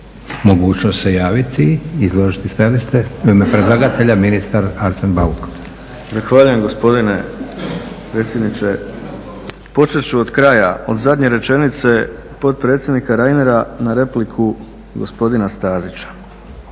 mogućnost se javiti i izložiti stajalište. U ime predlagatelja ministar Arsen Bauk. **Bauk, Arsen (SDP)** Zahvaljujem gospodine predsjedniče. Počet ću od kraja, od zadnje rečenice potpredsjednika Reinera na repliku gospodina Stazića,